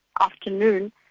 afternoon